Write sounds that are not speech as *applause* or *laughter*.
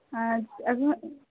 হ্যাঁ *unintelligible*